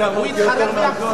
מוותר.